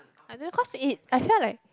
I don't know cause it I felt like